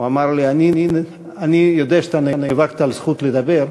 הוא אמר לי: אני יודע שאתה נאבקת על זכות לדבר,